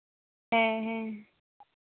ᱦᱮᱸ ᱦᱮᱸ